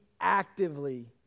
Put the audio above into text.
actively